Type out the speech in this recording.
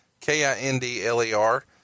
K-I-N-D-L-E-R